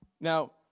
Now